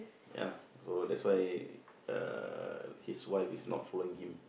ya so that's why uh his wife is not following him